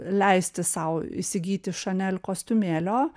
leisti sau įsigyti chanel kostiumėlio